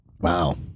Wow